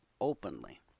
openly